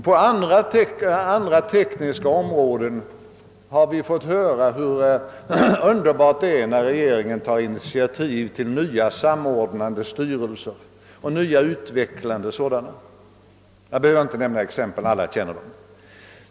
På andra tekniska områden har vi fått höra hur underbart det är när regeringen tar initiativ till nya samordnande styrelser och nya utvecklande verksamheter. Jag behöver inte nämna exempel, alla känner till dem.